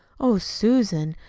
oh, susan,